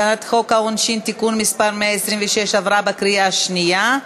הצעת חוק העונשין (תיקון מס' 126) עברה בקריאה השנייה.